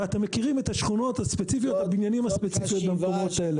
ואתם מכירים את השכונות הספציפיות ואת הבניינים הספציפיים במקומות האלה.